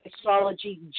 astrology